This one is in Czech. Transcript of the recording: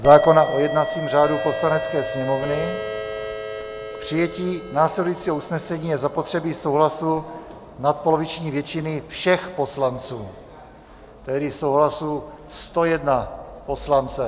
K přijetí následujícího usnesení je zapotřebí souhlasu nadpoloviční většiny všech poslanců, tedy souhlasu 101 poslance.